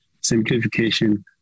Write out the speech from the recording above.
simplification